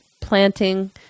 Planting